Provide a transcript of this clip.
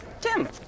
Tim